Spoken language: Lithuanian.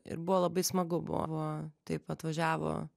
ir buvo labai smagu buvo taip atvažiavo